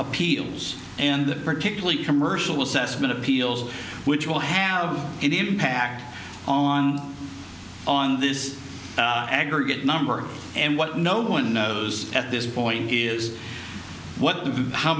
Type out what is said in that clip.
appeals and particularly commercial assessment appeals which will have any impact on on this aggregate number and what no one knows at this point is what the how